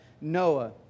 Noah